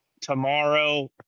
tomorrow